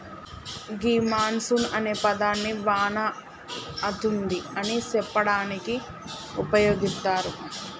గీ monsoon అనే పదాన్ని వాన అతుంది అని సెప్పడానికి ఉపయోగిత్తారు